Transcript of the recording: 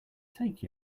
take